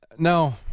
No